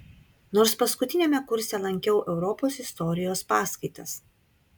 nors paskutiniame kurse lankiau europos istorijos paskaitas